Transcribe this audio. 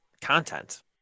content